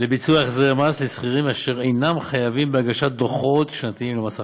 לביצוע החזרי מס לשכירים אשר אינם חייבים בהגשת דוחות שנתיים למס הכנסה.